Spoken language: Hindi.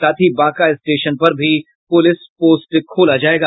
साथ ही बांका स्टेशन पर भी पुलिस पोस्ट खोला जाएगा